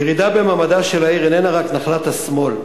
ירידה במעמדה של העיר איננה רק נחלת השמאל.